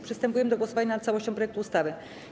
Przystępujemy do głosowania nad całością projektu ustawy.